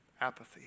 apathy